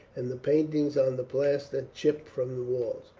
and the paintings on the plaster chipped from the walls.